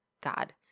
God